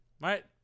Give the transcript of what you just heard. right